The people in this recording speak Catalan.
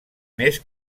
més